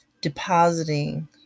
depositing